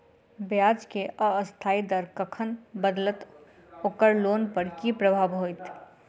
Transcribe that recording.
ब्याज केँ अस्थायी दर कखन बदलत ओकर लोन पर की प्रभाव होइत?